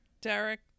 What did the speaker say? Derek